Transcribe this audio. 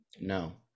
No